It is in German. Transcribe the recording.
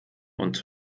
und